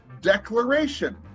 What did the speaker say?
Declaration